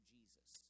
Jesus